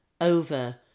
over